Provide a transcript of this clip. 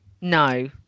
No